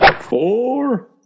Four